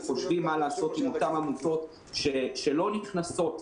חושבים מה לעשות עם אותן עמותות שלא נכנסות,